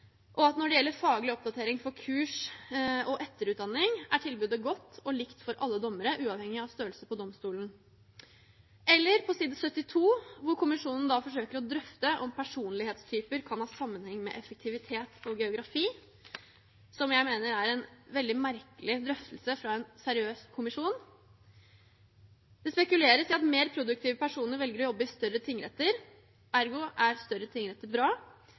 og at når det gjelder faglig oppdatering som kurs og etterutdanning, er tilbudet godt og likt for alle dommere, uavhengig av størrelse på domstolen. Og på side 72 forsøker kommisjonen å drøfte om personlighetstyper kan ha sammenheng med effektivitet og geografi, som jeg mener er en veldig merkelig drøftelse fra en seriøs kommisjon. Det spekuleres i at mer produktive personer velger å jobbe i større tingretter. Ergo er større tingretter bra.